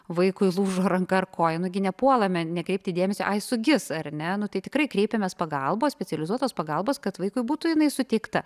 vaikui lūžo ranka ar koja nugi nepuolame nekreipti dėmesio sugis ar ne nu tai tikrai kreipėmės pagalbos specializuotos pagalbos kad vaikui būtų jinai suteikta